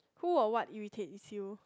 who or what irritates you